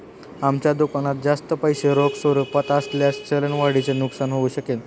आमच्या दुकानात जास्त पैसे रोख स्वरूपात असल्यास चलन वाढीचे नुकसान होऊ शकेल